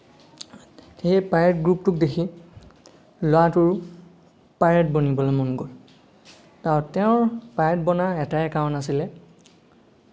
সেই পাইৰেট গ্ৰুপটোক দেখি ল'ৰাটোৰ পাইৰেট বনিবলৈ মন গ'ল তেওঁৰ পাইৰেট বনাৰ এটাই কাৰণ আছিলে